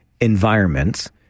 environments